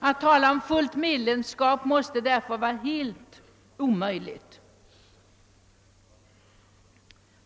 Att då tala om fullt medlemskap är omöjligt.